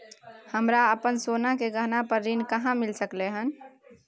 हमरा अपन सोना के गहना पर ऋण कहाॅं मिल सकलय हन?